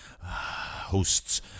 hosts